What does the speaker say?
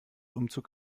umzug